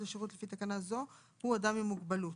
השירות לפי תקנה זו הוא אדם עם מוגבלות,